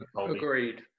agreed